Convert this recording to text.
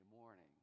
morning